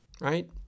Right